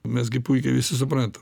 mes gi puikiai visi suprantam